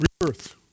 Rebirth